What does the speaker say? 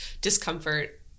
discomfort